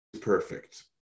perfect